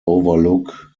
overlook